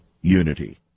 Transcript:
unity